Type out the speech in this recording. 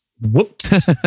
Whoops